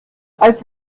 als